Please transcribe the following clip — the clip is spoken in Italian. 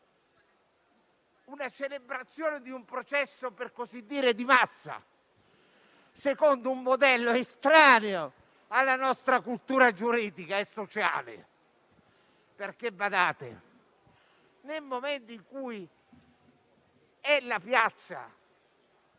una celebrazione di un processo per così dire di massa, secondo un modello estraneo alla nostra cultura giuridica e sociale. Badate: nel momento in cui fossero la piazza